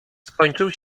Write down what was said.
skończył